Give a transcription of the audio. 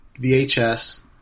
VHS